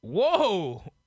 Whoa